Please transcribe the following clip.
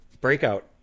breakout